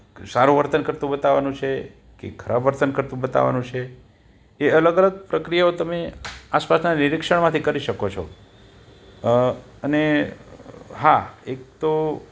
સારું વર્તન કરતું બતાવાનું છે કે ખરાબ વર્તન કરતું બતાવાનું છે એ અલગ અલગ પ્રક્રિયાઓ તમે આસપાસના નિરીક્ષણમાંથી કરી શકો છો અને હા એક તો